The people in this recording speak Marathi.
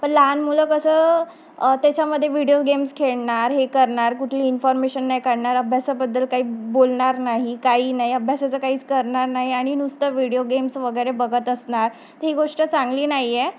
पण लहान मुलं कसं त्याच्यामध्ये व्हिडिओ गेम्स खेळणार हे करणार कुठली इन्फॉर्मेशन नाही काढणार अभ्यासाबद्दल काही बोलणार नाही काही नाही अभ्यासाचं काहीच करणार नाही आणि नुसतं व्हिडिओ गेम्स वगैरे बघत असणार तर ही गोष्ट चांगली नाही आहे